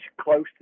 close